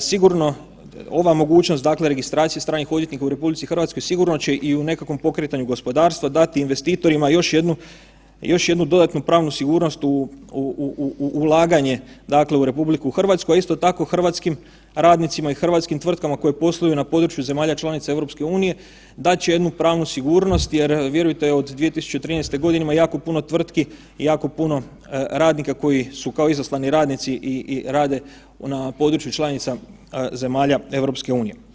sigurno, ova mogućnost dakle registracije stranih odvjetnika u RH sigurno će i u nekakvom pokretanju gospodarstva dati investitorima još jednu, još jednu dodatnu pravnu sigurnost u ulaganje dakle u RH, a isto tako hrvatskim radnicima i hrvatskim tvrtkama koje posluju na području zemalja članica EU dat će jednu pravnu sigurnost jer vjerujte od 2013. godine ima jako puno tvrtki i jako puno radnika koji su kao izaslani radnici i rade na području članica zemalja EU.